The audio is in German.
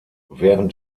während